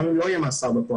גם אם לא יהיה מאסר בפועל.